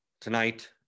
tonight